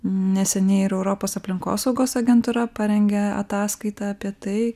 neseniai ir europos aplinkosaugos agentūra parengė ataskaitą apie tai